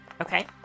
Okay